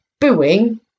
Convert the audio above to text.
booing